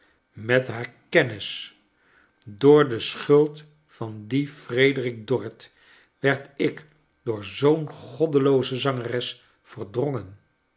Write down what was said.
met haar kennis door de schuld van dien frederik dorrit werd ik door zoo'n goddelooze zangeres verdrongen